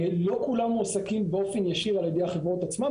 לא כולם מועסקים באופן ישיר על ידי החברות עצמן,